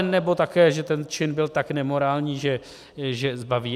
Anebo také, že ten čin byl tak nemorální, že zbaví.